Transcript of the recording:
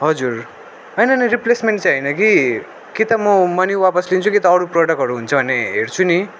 हजुर नाइ नाइ नाइ रिप्लेसमेन्ट चाहिँ होइन कि कि त म मनी वापस लिन्छु कि त अरू प्रडक्टहरू हुन्छ भने हेर्छु नि